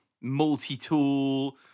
multi-tool